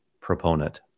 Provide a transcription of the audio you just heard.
proponent